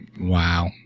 wow